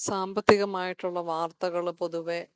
സാമ്പത്തികം ആയിട്ടുള്ള വാർത്തകൾ പൊതുവെ